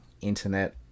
internet